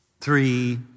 three